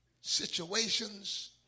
situations